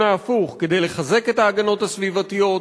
ההפוך: כדי לחזק את ההגנות הסביבתיות,